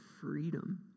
freedom